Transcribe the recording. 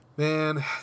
man